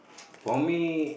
for me